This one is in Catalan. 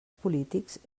polítics